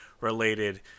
related